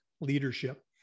Leadership